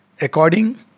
According